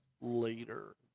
later